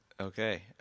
Okay